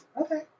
Okay